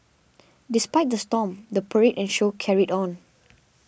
despite the storm the parade and show carried on